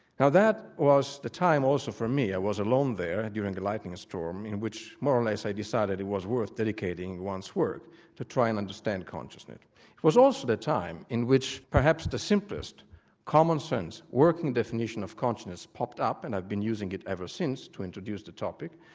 now that was the time also for me i was alone there and during a lightning storm in which, more or less, i decided it was worth dedicating one's work to try and understand consciousness. it was also the time in which perhaps the simplest commonsense working definition of consciousness popped up, and i've been using it ever since to introduce the topic,